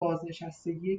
بازنشستگی